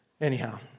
Anyhow